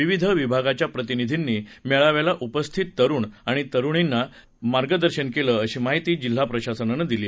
विविध विभागाच्या प्रतिनिधींनी मेळाव्याला उपस्थित तरुण आणि तरुणींना मार्गदर्शन केलं अशी माहिती जिल्हा प्रशासनानं दिली